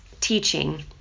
teaching